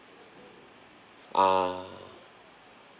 ah